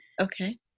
Okay